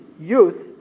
youth